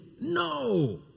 No